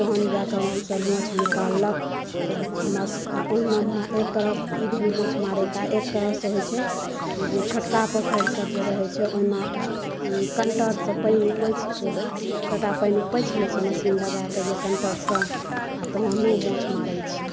तहन जाकऽ ओहिमेसँ माछ निकाललक तऽ हमरासभकें एहिना एकतरहसँ ई भेल माछ मारैके आ एकतरहसँ होइ छै जे छोटका पोखरिसभ जे रहैत छै ओहिमेऽ कन्टरसँ पानि ऊपछिकऽ सभटा पानि ऊपछि लैत छै मशीन लगाकऽ या कन्टरसँ आ तहनो माछ मारैत छै